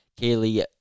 Kaylee